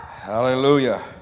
Hallelujah